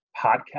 podcast